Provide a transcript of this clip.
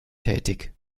tätig